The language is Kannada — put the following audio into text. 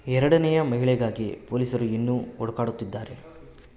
ಎರಡನೇಯ ಮಹಿಳೆಗಾಗಿ ಪೊಲೀಸರು ಇನ್ನೂ ಹುಡುಕಾಡುತ್ತಿದ್ದಾರೆ